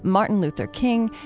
martin luther king,